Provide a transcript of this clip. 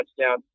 touchdown